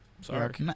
Sorry